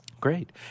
Great